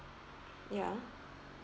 ya